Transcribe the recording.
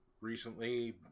Recently